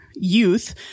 youth